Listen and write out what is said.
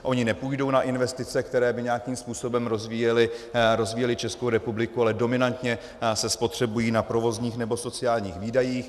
Ony nepůjdou na investice, které by nějakým způsobem rozvíjely Českou republiku, ale dominantně se spotřebují na provozních nebo sociálních výdajích.